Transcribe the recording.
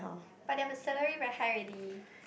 but there's the salary very high already